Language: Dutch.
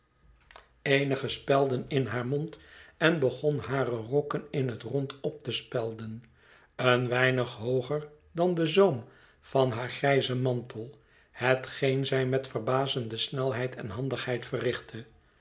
van spelden in haar mond en begon hare rokken in het rond op te spelden een weinig hooger dan den zoom van haar grijzen mantel hetgeen zij met verbazende snelheid en handigheid verrichtte